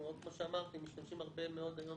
כמו שאמרתי, אנחנו משתמשים הרבה מאוד היום